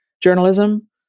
journalism